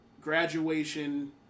Graduation